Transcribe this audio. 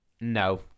no